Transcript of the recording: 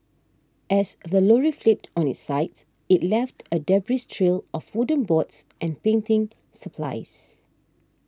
as the lorry flipped on its side it left a debris trail of wooden boards and painting supplies